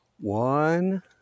One